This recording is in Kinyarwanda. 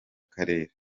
karere